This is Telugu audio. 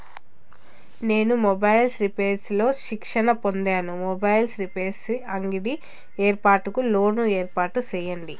నేను మొబైల్స్ రిపైర్స్ లో శిక్షణ పొందాను, మొబైల్ రిపైర్స్ అంగడి ఏర్పాటుకు లోను ఏర్పాటు సేయండి?